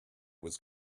was